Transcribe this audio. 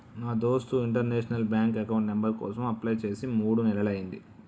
నా దోస్త్ international bank account number కోసం అప్లై చేసి మూడు నెలలయ్యింది